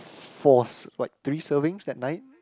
f~ four s~ like three servings that night